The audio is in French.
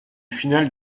final